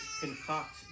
concoct